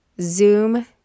Zoom